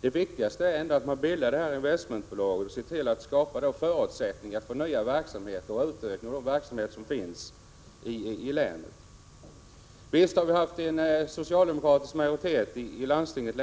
Det viktigaste är att man bildar ett investmentbolag och ser till att skapa förutsättningar för nya verksamheter och för utökning av de verksamheter som redan finns i länet. Visst har vi haft en socialdemokratisk majoritet under lång tid i landstinget